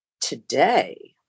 Today